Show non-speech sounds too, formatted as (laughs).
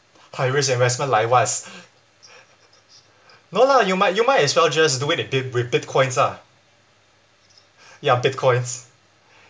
high risk investment like what's (laughs) no lah you might you might as well just do it with bit~ with br~ bitcoins ah